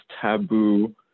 taboo